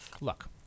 Look